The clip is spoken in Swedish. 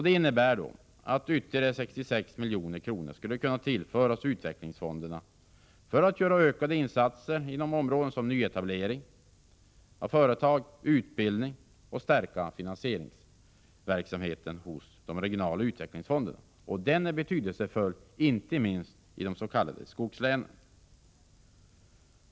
Det innebär att ytterligare 66 milj.kr. skulle kunna tillföras utvecklingsfonderna för ökade insatser inom områden som nyetablering av företag och utbildning samt för att stärka finansieringsverksamheten hos de regionala utvecklingsfonderna. Den är betydelsefull, inte minst i de s.k. skogslänen.